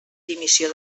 dimissió